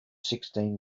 sixteen